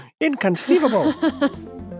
Inconceivable